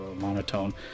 Monotone